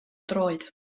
droed